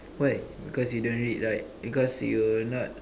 why because you don't read right because you not